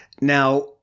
Now